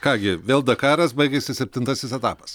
ką gi vėl dakaras baigėsi septintasis etapas